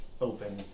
open